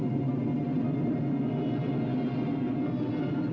the